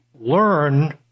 learn